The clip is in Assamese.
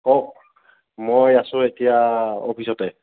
কওক মই আছোঁ এতিয়া অফিচতে